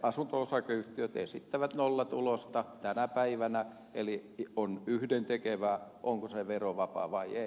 asunto osakeyhtiöt esittävät nollatulosta tänä päivänä eli on yhdentekevää onko se verovapaa vai ei